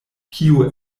kio